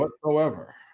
Whatsoever